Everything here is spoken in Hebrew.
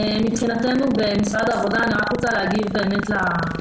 מבחינת משרד העבודה, אני רוצה להגיב לנתונים